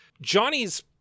Johnny's